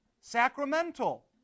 Sacramental